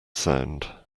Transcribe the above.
sound